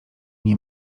nie